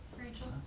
Rachel